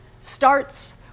starts